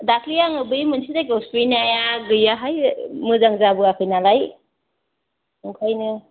दाख्लि आङो बै मोनसे जायगायाव सुहैनाया गैयाहाय मोजां जाबोआखै नालाय ओंखायनो